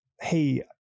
Hey